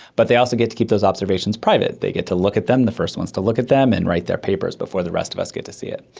but they also get to keep those observations private, they get to look at them, the first ones to look at them and write their papers before the rest of us get to see it.